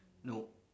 no